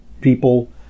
people